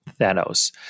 Thanos